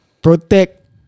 Protect